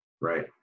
right